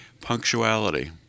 Punctuality